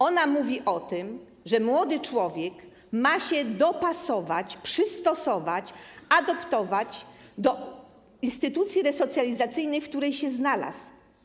Ona mówi o tym, że młody człowiek ma się dopasować, przystosować, adoptować do instytucji resocjalizacyjnej, w której się znalazł.